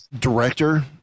director